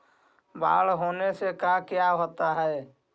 बाढ़ होने से का क्या होता है?